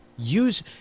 Use